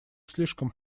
слишком